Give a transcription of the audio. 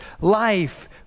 life